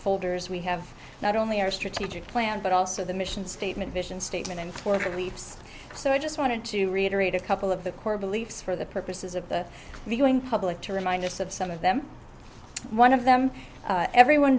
shoulders we have not only our strategic plan but also the mission statement vision statement and for beliefs so i just wanted to reiterate a couple of the core beliefs for the purposes of the viewing public to remind us of some of them one of them everyone